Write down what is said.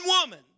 woman